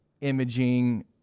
imaging